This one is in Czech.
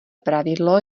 pravidlo